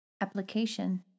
Application